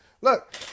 Look